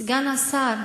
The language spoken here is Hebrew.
אדוני סגן השר,